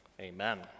Amen